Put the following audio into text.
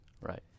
Right